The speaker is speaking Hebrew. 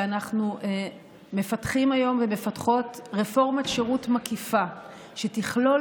ואנחנו מפתחים היום ומפתחות רפורמת שירות מקיפה שתכלול,